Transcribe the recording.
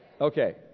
Okay